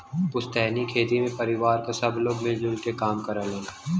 पुस्तैनी खेती में परिवार क सब लोग मिल जुल क काम करलन